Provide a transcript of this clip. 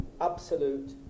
absolute